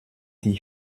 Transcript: die